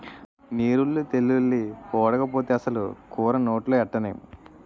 నీరుల్లి తెల్లుల్లి ఓడకపోతే అసలు కూర నోట్లో ఎట్టనేం